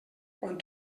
quan